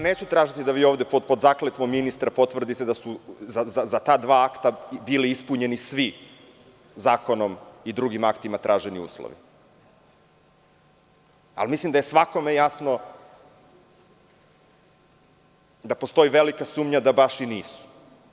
Neću tražiti da vi ovde pod zakletvom ministra potvrdite da su za ta dva akta bili ispunjeni svi zakonom i drugim aktima traženi uslovi, ali mislim da je svakome jasno da postoji velika sumnja da baš i nisu.